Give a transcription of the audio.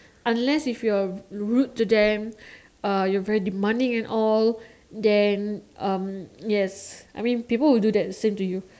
unless if you're rude to them uh you're very demanding and all then yes people would do that same thing to you